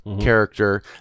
character